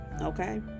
Okay